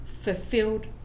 fulfilled